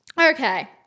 Okay